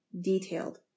detailed